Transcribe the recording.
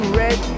red